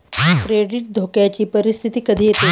credit धोक्याची परिस्थिती कधी येते